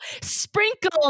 sprinkle